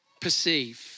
perceive